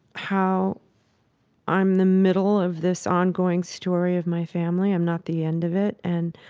how i'm the middle of this ongoing story of my family. i'm not the end of it. and